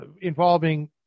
Involving